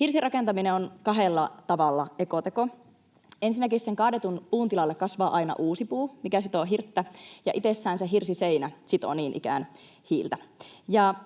Hirsirakentaminen on kahdella tavalla ekoteko. Ensinnäkin sen kaadetun puun tilalle kasvaa aina uusi puu, mikä sitoo hiiltä, ja itsessään se hirsiseinä sitoo niin ikään hiiltä.